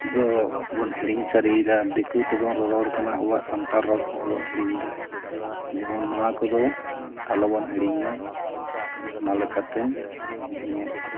ᱫᱚᱵᱚᱱ ᱦᱤᱲᱤᱧ ᱥᱟᱨᱤᱭᱫᱟ ᱫᱤᱠᱩ ᱛᱮᱵᱚᱱ ᱨᱚᱨᱚᱲ ᱠᱟᱱᱟ ᱟᱵᱚᱣᱟᱜ ᱥᱟᱱᱛᱟᱲ ᱨᱚᱲ ᱠᱚᱦᱚᱸ ᱵᱚᱱ ᱦᱤᱲᱤᱧᱮᱫᱟ ᱡᱮᱢᱚᱱ ᱱᱚᱣᱟ ᱠᱚᱫᱚ ᱟᱞᱚᱵᱚᱱ ᱦᱤᱲᱤᱧᱢᱟ ᱚᱱᱟᱞᱮᱠᱟᱛᱮ ᱱᱤᱛᱫᱚ ᱱᱤᱭᱟᱹᱜᱤᱞᱤᱧ